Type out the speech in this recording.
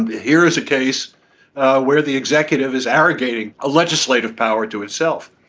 here is a case where the executive is abrogating a legislative power to itself.